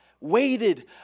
Waited